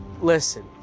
Listen